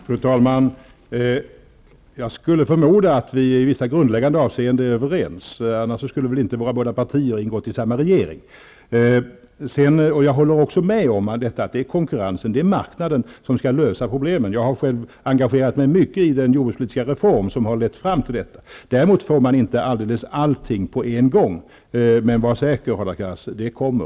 Fru talman! Jag skulle förmoda att vi i vissa grundläggande avseenden är överens. Annars skulle inte våra båda partier ingå i samma regering. Jag håller med om att det är konkurrensen, marknaden, som skall lösa pro blemen. Jag har själv engagerat mig mycket i den jordbrukspolitiska reform som har lett fram till detta. Däremot får man inte allting på en gång. Men var säker, Hadar Cars, det kommer.